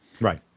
right